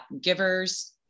givers